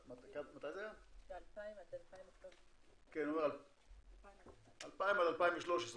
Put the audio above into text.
ב-2000 עד 2013. 2000 עד 2013,